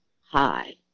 Hi